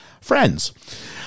friends